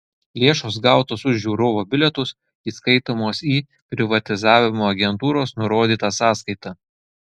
lėšos gautos už žiūrovo bilietus įskaitomos į privatizavimo agentūros nurodytą sąskaitą